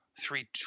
three